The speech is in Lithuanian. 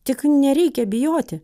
tik nereikia bijoti